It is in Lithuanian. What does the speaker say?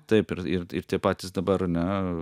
taip ir ir ir tie patys dabar ane